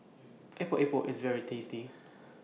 Epok Epok IS very tasty